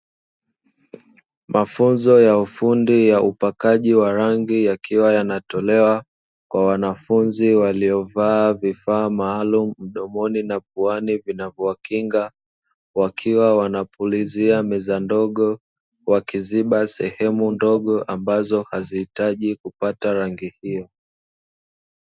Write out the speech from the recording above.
Mafunzo ya ufundi ya upakaji wa rangi yakiwa yanatolewa kwa wanafunzi waliovaa vifaa maalumu mdomoni na puani vinavyowakinga wakiwa wanapulizia meza ndogo wakiziba sehemu ndogo ambazo hazihitaji kupata rangi hiyo.